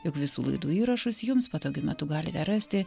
jog visų laidų įrašus jums patogiu metu galite rasti